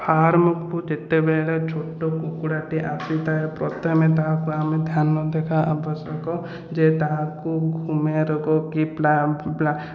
ଫାର୍ମକୁ ଯେତେବେଳେ ଛୋଟ କୁକୁଡ଼ାଟିଏ ଆସିଥାଏ ପ୍ରଥମେ ତାହାକୁ ଆମେ ଧ୍ୟାନ ଦେବା ଆବଶ୍ୟକ ଯେ ତାହାକୁ ଘୁମା ରୋଗ କି